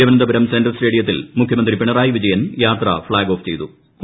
Thiruvananthapuram central സ്റ്റേഡ്ഡിയ്ത്തിൽ മുഖ്യമന്ത്രി പിണറായി വിജയൻ യാത്ര ഫ്ളാഗ് ഓഫ് ചെയ്ത്ത്